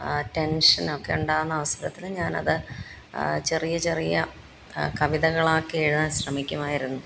ആ ടെൻഷനൊക്കെ ഉണ്ടാകുന്ന അവസരത്തില് ഞാനത് ചെറിയ ചെറിയ കവിതകളാക്കി എഴുതാൻ ശ്രമിക്കുമായിരുന്നു